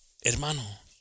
Hermano